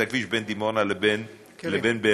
זה הכביש בין דימונה לבין באר-שבע,